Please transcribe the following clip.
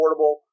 affordable